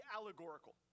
allegorical